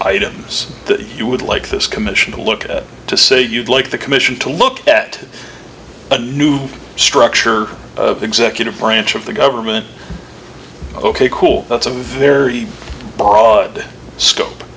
that you would like this commission to look at to say you'd like the commission to look at a new structure of the executive branch of the government ok cool that's a very baud scope